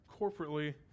corporately